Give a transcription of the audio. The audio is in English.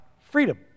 Freedom